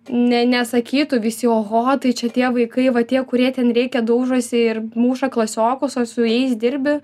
ne nesakytų visi oho tai čia tie vaikai va tie kurie ten rėkia daužosi ir muša klasiokus o su jais dirbi